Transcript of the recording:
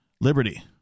liberty